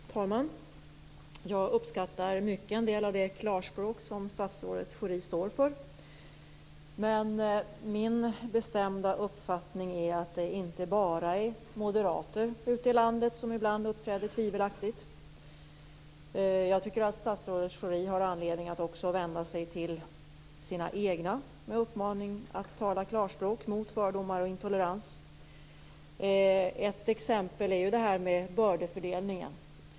Herr talman! Jag uppskattar mycket en del av det klarspråk som statsrådet Schori står för. Min bestämda uppfattning är dock att det inte bara är moderater ute i landet som ibland uppträder tvivelaktigt. Jag tycker att statsrådet Schori har anledning att också vända sig till sina egna med uppmaningen att tala klarspråk mot fördomar och intolerans. Ett exempel är det här med bördefördelningen.